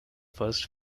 first